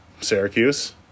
Syracuse